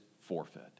forfeit